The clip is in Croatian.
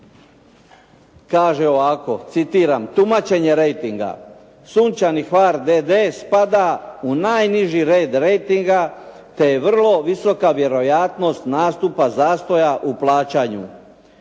kaže ovako, citiram: Tumačenje rejtinga "Sunčani Hvar" d.d. spada u najniži red rejtinga te je vrlo visoka vjerojatnost nastupa zastoja u plaćanju.